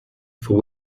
for